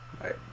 Right